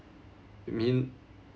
I mean